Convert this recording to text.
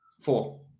four